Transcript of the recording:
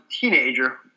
teenager